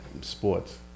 sports